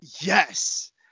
Yes